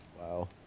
Wow